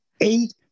eight